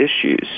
issues